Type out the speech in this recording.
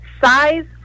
size